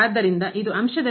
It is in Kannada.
ಆದ್ದರಿಂದ ಇದು ಅಂಶದಲ್ಲಿ ಇದೆ